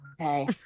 okay